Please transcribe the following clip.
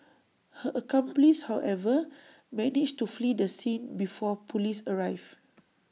her accomplice however managed to flee the scene before Police arrived